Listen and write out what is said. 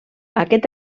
aquest